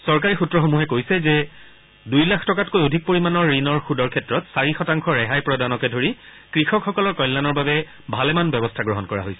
চৰকাৰী সূত্ৰসমূহে কৈছে যে দুই লাখ টকাতকৈ অধিক পৰিমাণৰ ঋণৰ সুদৰ ক্ষেত্ৰত চাৰি শতাংশ ৰেহাই প্ৰদানকে ধৰি কৃষকসকলৰ কল্যানৰ বাবে ভালেমান ব্যৱস্থা গ্ৰহণ কৰা হৈছে